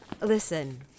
Listen